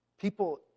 People